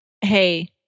Hey